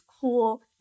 cool